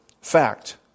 fact